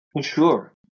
Sure